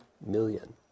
million